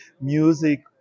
music